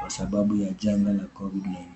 kwa sababu ya janga la Covid-19.